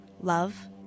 love